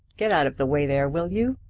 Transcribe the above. get out of the way there, will you?